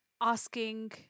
asking